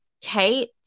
Kate